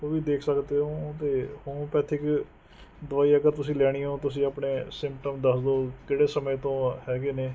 ਉਹ ਵੀ ਦੇਖ ਸਕਦੇ ਹੋ ਅਤੇ ਹੋਮਪੈਥਿਕ ਦਵਾਈ ਅਗਰ ਤੁਸੀਂ ਲੈਣੀ ਓ ਤੁਸੀਂ ਆਪਣੇ ਸਿਮਟਮ ਦੱਸ ਦੋ ਕਿਹੜੇ ਸਮੇਂ ਤੋਂ ਹੈਗੇ ਨੇ